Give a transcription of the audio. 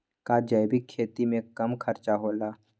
का जैविक खेती में कम खर्च होला?